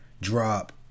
drop